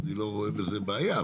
אני לא רואה בזה בעיה.